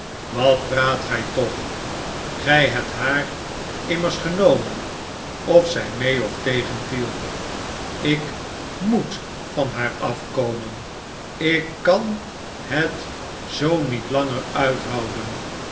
leunen watpraat gij toch g-y hebt haar immers genomen of zij mee of tegenviel ik moet van haar afkomen ik kan het zoo niet langer uithouden